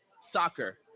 soccer